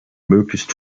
möglichst